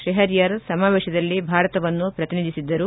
ಶೆಹರಿಯಾರ್ ಸಮಾವೇಶದಲ್ಲಿ ಭಾರತವನ್ನು ಪ್ರತಿನಿಧಿಸಿದ್ದರು